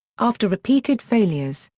after repeated failures,